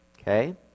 okay